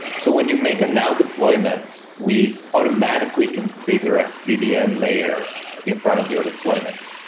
so when you make a now deployment, we automatically configure a cdn layer in front of your deployment.